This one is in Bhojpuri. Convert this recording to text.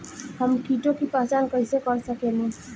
हम कीटों की पहचान कईसे कर सकेनी?